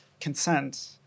consent